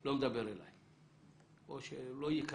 לא מדבר אלי או שלא יהיה כלכלי.